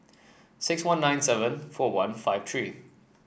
six one nine seven four one five three